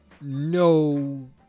no